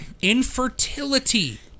Infertility